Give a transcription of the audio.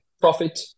profit